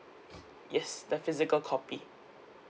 yes the physical copy